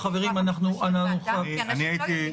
חברים, אנחנו חייבים לסיים.